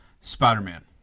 Spider-Man